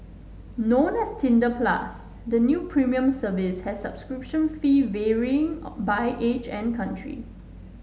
known as Tinder Plus the new premium service has subscription fee varying by age and country